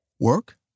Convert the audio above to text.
Work